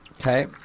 Okay